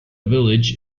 village